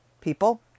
People